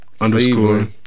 underscore